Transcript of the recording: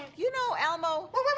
you know, elmo?